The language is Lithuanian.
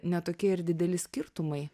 ne tokie ir dideli skirtumai